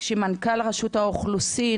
כשמנכ"ל רשות האוכלוסין,